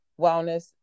wellness